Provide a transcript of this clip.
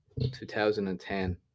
2010